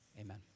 Amen